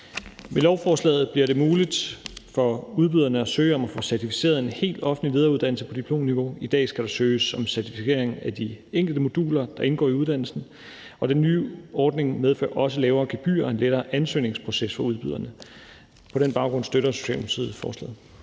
Med lovforslaget bliver det muligt for udbyderne at søge om at få certificeret en hel offentlig lederuddannelse på diplomniveau. I dag skal der søges om certificering af de enkelte moduler, der indgår i uddannelsen. Den nye ordning medfører også lavere gebyrer og en lettere ansøgningsproces for udbyderne. På den baggrund støtter Socialdemokratiet forslaget.